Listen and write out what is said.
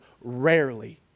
rarely